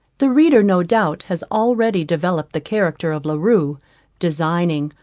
the reader no doubt has already developed the character of la rue designing,